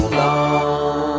long